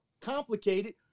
complicated